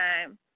time